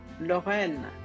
Lorraine